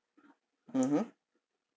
mmhmm